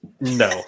No